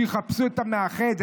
שיחפשו את המאחד,